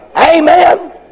Amen